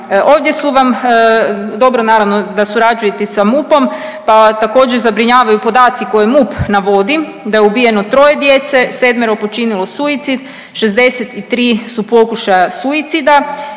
Ovdje su vam, dobro naravno da surađujete i sa MUP-om, pa također zabrinjavaju podaci koje MUP navodi da je ubijeno troje djece, 7-ero počinilo suicid, 63 su pokušaja suicida